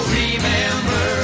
remember